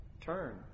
Turn